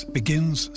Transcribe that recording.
begins